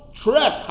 trek